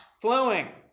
flowing